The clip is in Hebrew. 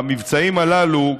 המבצעים הללו,